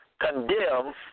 condemn